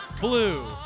Blue